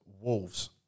Wolves